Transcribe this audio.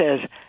says